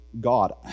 God